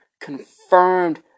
confirmed